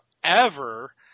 forever